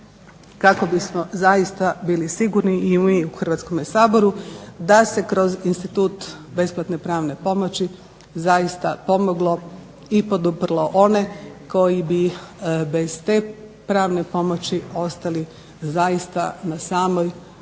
kako bismo zaista bili sigurni i mi u Hrvatskom saboru da se kroz institut besplatne pravne pomoći zaista pomoglo i poduprlo one koji bi bez te pravne pomoći ostali zaista na samoj